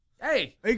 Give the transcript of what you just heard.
Hey